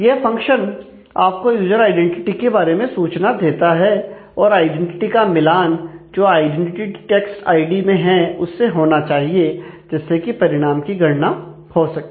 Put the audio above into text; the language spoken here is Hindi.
यह फंक्शन आपको यूजर आइडेंटिटी के बारे में सूचना देता है और आइडेंटी का मिलान जो आईडेंटिटी टेक्स्ट आईडी में है उससे होना चाहिए जिससे कि परिणाम की गणना हो सके